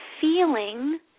feeling